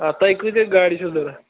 آ تۄہہِ کۭتیاہ گاڑِ چھِو ضروٗرت